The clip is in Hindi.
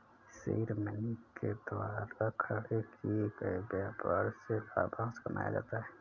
सीड मनी के द्वारा खड़े किए गए व्यापार से लाभांश कमाया जाता है